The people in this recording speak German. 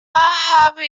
habe